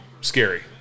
scary